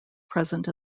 present